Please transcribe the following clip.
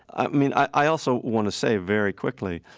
i mean, i also want to say, very quickly,